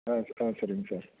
ஆ ஆ சரிங்க சார்